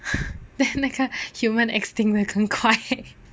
then 那个 human 会 extinct 很快